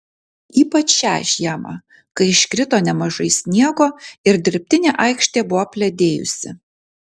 ypač šią žiemą kai iškrito nemažai sniego ir dirbtinė aikštė buvo apledėjusi